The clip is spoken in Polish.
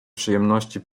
przyjemności